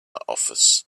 office